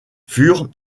furent